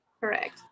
Correct